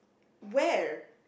where